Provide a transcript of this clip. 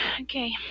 Okay